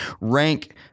rank